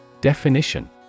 Definition